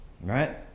Right